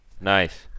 Nice